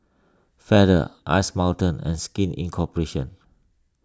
Feather Ice Mountain and Skin Incooperation